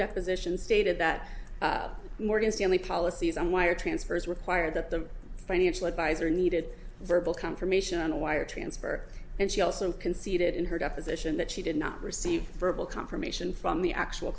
deposition stated that morgan stanley policies on wire transfers require that the financial advisor needed verbal confirmation on a wire transfer and she also conceded in her deposition that she did not receive verbal confirmation from the actual